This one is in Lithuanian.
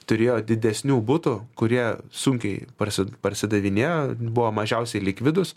turėjo didesnių butų kurie sunkiai parsi parsidavinėjo buvo mažiausiai likvidūs